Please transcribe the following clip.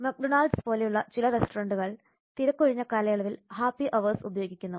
McDonald പോലുള്ള ചില റെസ്റ്റോറന്റുകൾ തിരക്കൊഴിഞ്ഞ കാലയളവിൽ ഹാപ്പി അവേഴ്സ് ഉപയോഗിക്കുന്നു